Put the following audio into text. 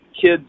Kids